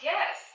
Yes